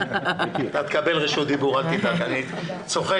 אתה תקבל רשות דיבור, אל תדאג, אני צוחק.